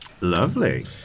lovely